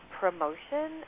promotion